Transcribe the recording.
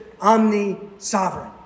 omni-sovereign